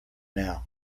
now